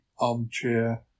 armchair